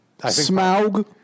Smaug